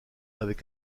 avec